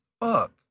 fuck